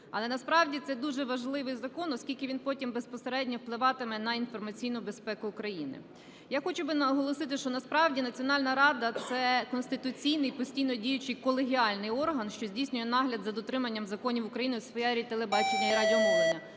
Але насправді це дуже важливий закон, оскільки він потім безпосередньо впливатиме на інформаційну безпеку України. Я хочу наголосити, що насправді національна рада – це конституційний постійно діючий колегіальний орган, що здійснює нагляд за дотриманням законів України у сфері телебачення і радіомовлення.